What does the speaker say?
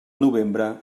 novembre